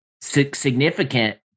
significant